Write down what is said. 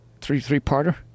Three-three-parter